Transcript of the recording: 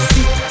See